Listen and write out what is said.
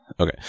Okay